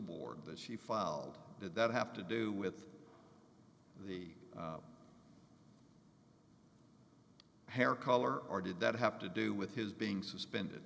board that she filed did that have to do with the hair color or did that have to do with his being suspended